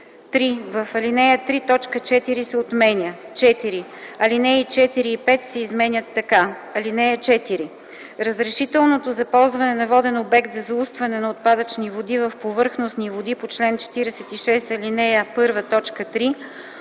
3. В ал. 3 т. 4 се отменя. 4. Алинеи 4 и 5 се изменят така: „(4) Разрешителното за ползване на воден обект за заустване на отпадъчни води в повърхностни води по чл. 46, ал. 1,